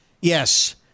Yes